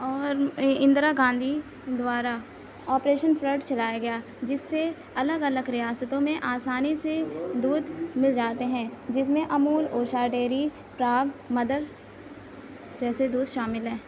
اور اندرا گاندھی دوارا Operation Flood چلایا گیا جس سے الگ الگ ریاستوں میں آسانی سے دودھ مل جاتے ہیں جس میں امول اوشا ڈیری پراگ مدر جیسے دودھ شامل ہیں